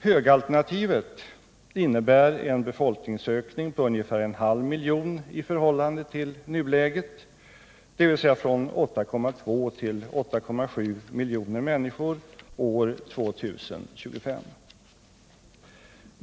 Högalternativet innebär en befolkningsökning på ungefär en halv miljon i förhållande till nuläget, dvs. från 82 till 8,7 miljoner människor år 2025.